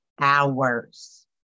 hours